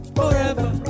forever